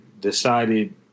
decided